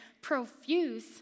profuse